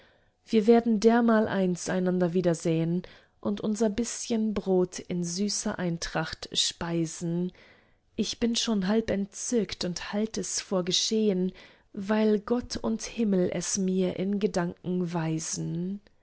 wir werden dermaleins einander wiedersehn und unser bißchen brot in süßer eintracht speisen ich bin schon halb entzückt und halt es vor geschehn weil gott und himmel es mir in gedanken weisen